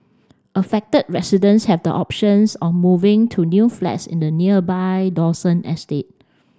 affected residents have the options on moving to new flats in the nearby Dawson estate